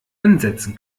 ansetzen